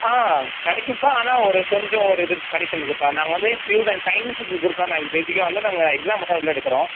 ஆ கிடைக்கும்ப்பா ஆனால் ஒரு கொஞ்சம் ஒரு இது கண்டிஷன் இருக்குதுப்பா நாங்கள் வந்து ப்யூர் சயின்ஸ் சயின்ஸு குரூப்பு எடுத்தால் நாங்கள் பேசிக்கா வந்து நாங்கள் எக்ஸாம் வச்சு தான் உள்ளே எடுக்கிறோம்